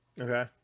Okay